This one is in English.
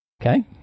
Okay